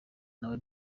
nawe